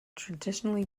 traditionally